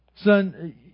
Son